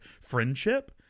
friendship